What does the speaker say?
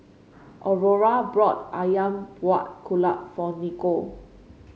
Aurora brought ayam Buah Keluak for Nikko